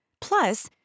plus